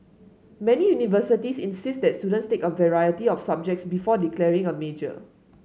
many universities insist that students take a variety of subjects before declaring a major